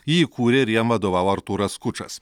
jį įkūrė ir jam vadovavo artūras skučas